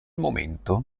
momento